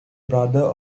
brother